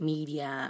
Media